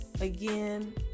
again